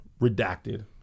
redacted